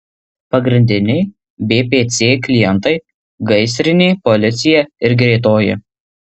pagrindiniai bpc klientai gaisrinė policija ir greitoji